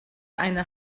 eine